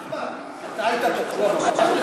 נחמן, אתה היית בלי חשמל?